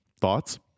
Thoughts